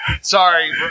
Sorry